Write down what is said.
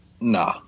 Nah